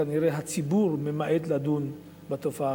כנראה הציבור ממעט לדון בה,